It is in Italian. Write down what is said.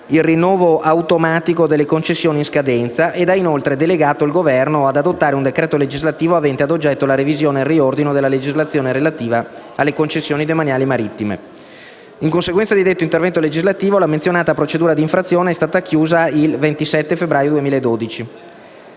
il rinnovo automatico delle concessioni in scadenza e ha inoltre delegato il Governo ad adottare un decreto legislativo avente ad oggetto la revisione e il riordino della legislazione relativa alle concessioni demaniali marittime. In conseguenza di detto intervento legislativo, la menzionata procedura di infrazione è stata chiusa il 27 febbraio 2012.